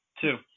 Two